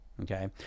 Okay